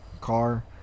car